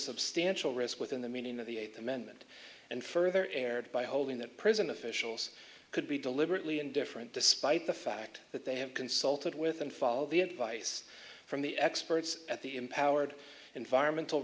substantial risk within the meaning of the eighth amendment and further erred by holding that prison officials could be deliberately indifferent despite the fact that they have consulted with and follow the advice from the experts at the empowered environmental